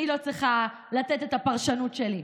אני לא צריכה לתת את הפרשנות שלי.